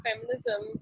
feminism